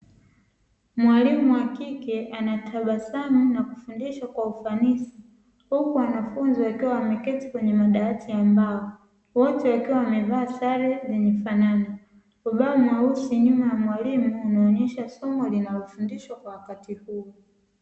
Mwalimu wa kike anatabasamu na kufundisha kwa ufanisi; huku wanafunzi wakiwa wameketi kwenye madawati ya mbao, wote wakiwa wamevaa sare zenye kufanana; ubao mweusi nyuma ya mwalimu unaonesha somo linalofundishwa kwa wakati huo.